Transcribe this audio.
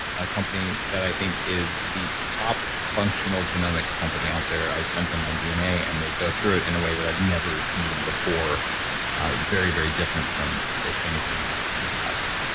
a company that i think is the top functional genomics company out there. i've sent them my dna, and they go through it in a way that i've never seen before very, very different from, say, twenty three andme kind of test.